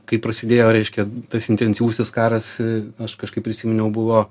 kaip prasidėjo reiškia tas intensyvusis karas aš kažkaip prisiminiau buvo